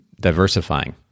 diversifying